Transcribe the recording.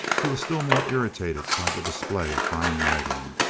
he was still more irritated by the display of fine riding.